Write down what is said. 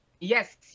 yes